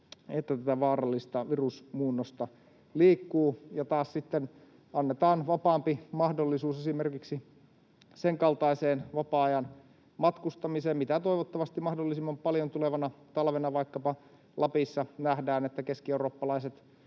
että tätä vaarallista virusmuunnosta liikkuu, ja annetaan taas sitten vapaampi mahdollisuus esimerkiksi senkaltaiseen vapaa-ajan matkustamiseen, mitä toivottavasti mahdollisimman paljon tulevana talvena vaikkapa Lapissa nähdään, että keskieurooppalaiset